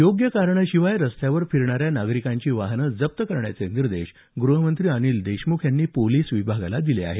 योग्य कारणाशिवाय रस्त्यावर फिरणाऱ्या नागरिकांची वाहनं जप्त करण्याचे निर्देश ग्रहमंत्री अनिल देशमुख यांनी पोलिस विभागाला दिले आहेत